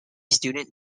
student